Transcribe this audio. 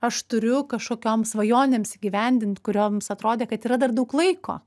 aš turiu kažkokioms svajonėms įgyvendint kurioms atrodė kad yra dar daug laiko